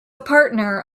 partner